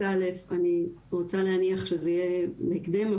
א' ואני רוצה להניח שזה יהיה בהקדם,